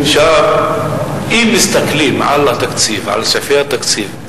אם מסתכלים על התקציב, על סעיפי התקציב,